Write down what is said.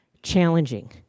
challenging